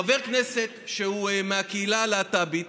חבר כנסת שהוא מהקהילה הלהט"בית